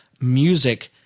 music